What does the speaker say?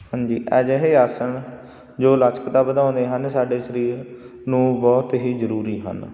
ਹਾਂਜੀ ਅਜਿਹੇ ਆਸਣ ਜੋ ਲਚਕਤਾ ਵਧਾਉਂਦੇ ਹਨ ਸਾਡੇ ਸਰੀਰ ਨੂੰ ਬਹੁਤ ਹੀ ਜ਼ਰੂਰੀ ਹਨ